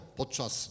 podczas